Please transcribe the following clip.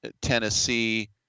Tennessee